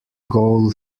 goal